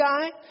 guy